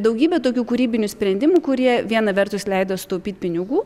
daugybę tokių kūrybinių sprendimų kurie viena vertus leido sutaupyt pinigų